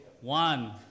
One